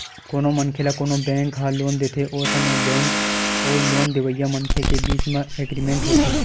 कोनो मनखे ल कोनो बेंक ह लोन देथे ओ समे म बेंक अउ लोन लेवइया मनखे के बीच म एग्रीमेंट होथे